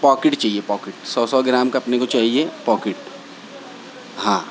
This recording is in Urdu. پاکٹ چاہیے پاکٹ سو سو گرام کا اپنے کو چاہیے پاکٹ ہاں